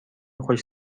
خوش